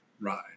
ride